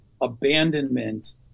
abandonment